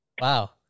Wow